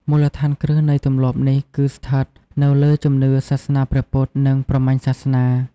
មូលដ្ឋានគ្រឹះនៃទម្លាប់នេះគឺស្ថិតនៅលើជំនឿសាសនាព្រះពុទ្ធ និងព្រហ្មញ្ញសាសនា។